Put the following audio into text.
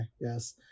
yes